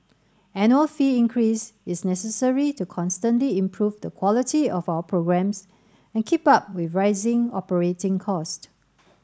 annual fee increase is necessary to constantly improve the quality of our programmes and keep up with rising operating cost